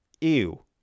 ew